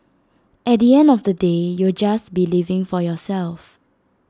at the end of the day you'll just be living for yourself